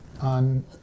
on